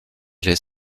lès